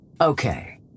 Okay